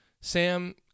Sam